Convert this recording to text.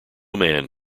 man